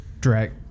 drag